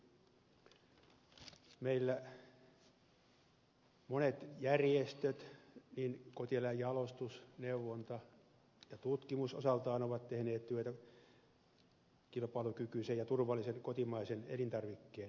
meillä monet järjestöt kotieläinjalostus neuvonta ja tutkimus osaltaan ovat tehneet työtä kilpailukykyisen ja turvallisen kotimaisen elintarvikkeen hyväksi